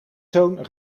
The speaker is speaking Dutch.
zoon